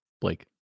Blake